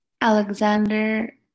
Alexander